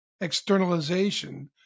externalization